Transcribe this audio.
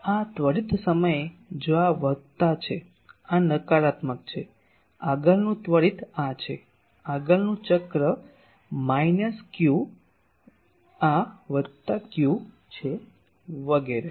આ ત્વરિત સમયે જો આ વત્તા છે આ નકારાત્મક છે આગળનું ત્વરિત આ છે આગળનું ચક્ર માઈનસ q આ વત્તા q છે વગેરે